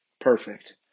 perfect